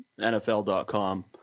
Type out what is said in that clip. NFL.com